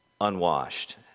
unwashed